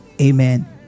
Amen